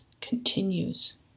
continues